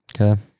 Okay